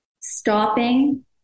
stopping